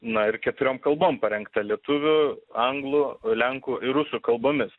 na ir keturiom kalbom parengta lietuvių anglų lenkų ir rusų kalbomis